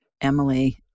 Emily